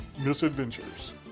misadventures